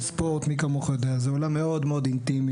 ספורט מי כמוך יודע הוא עולם מאוד אינטימי,